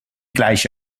gleiche